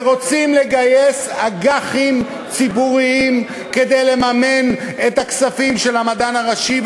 ורוצים לגייס אג"חים ציבוריות כדי לממן את הכספים של המדען הראשי,